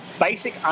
basic